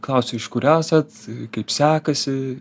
klausia iš kur esat kaip sekasi